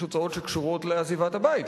יש הוצאות שקשורות לעזיבת הבית,